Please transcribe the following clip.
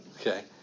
Okay